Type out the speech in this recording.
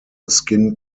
skin